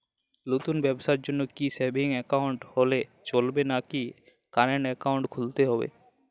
নতুন ব্যবসার জন্যে কি সেভিংস একাউন্ট হলে চলবে নাকি কারেন্ট একাউন্ট খুলতে হবে?